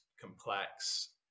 complex